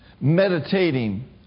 meditating